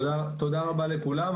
תודה רבה לכולם.